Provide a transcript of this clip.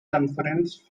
conference